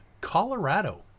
Colorado